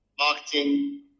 marketing